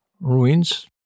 ruins